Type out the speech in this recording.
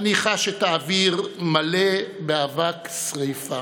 אני חש את האוויר מלא באבק שרפה.